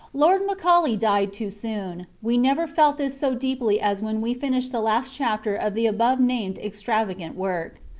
lord macaulay died too soon. we never felt this so deeply as when we finished the last chapter of the above-named extravagant work.